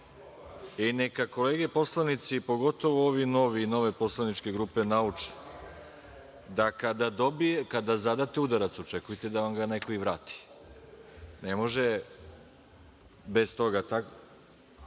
i neka kolege poslanici, pogotovo ovi novi, nove poslaničke grupe nauče da kada zadate udarac, očekujte da vam ga neko i vrati. Ne može bez toga, to